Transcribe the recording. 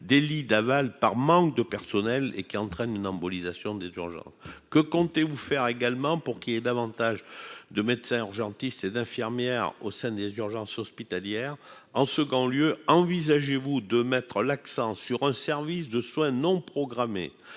des lits d'aval par manque de personnel et qui entraîne une embolisation des urgences : que comptez-vous faire également pour qu'il y ait davantage de médecins urgentistes cette infirmière au sein des urgences hospitalières en second lieu, envisagez-vous de mettre l'accent sur un service de soins non programmés